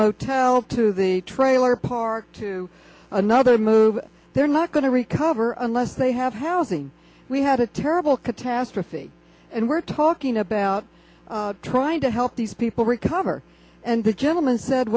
motel to the trailer park to another move they're not going to recover unless they have housing we had a terrible catastrophe and we're talking about trying to help these people recover and the gentleman said